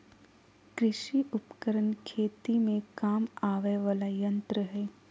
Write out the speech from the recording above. कृषि उपकरण खेती में काम आवय वला यंत्र हई